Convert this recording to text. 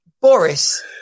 Boris